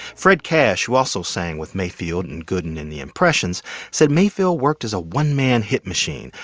fred cash, who also sang with mayfield and gooden in the impressions, said mayfield worked as a one-man hit machine,